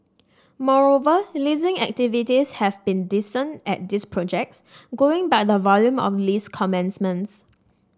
moreover leasing activity has been decent at these projects going by the volume of lease commencements